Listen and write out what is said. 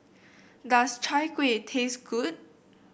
does Chai Kueh taste good